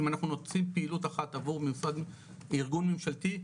אם אנחנו נוציא פעילות אחת עבור ארגון ממשלתי,